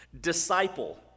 disciple